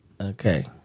Okay